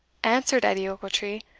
answered edie ochiltree,